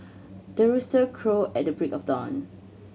the rooster crow at the break of dawn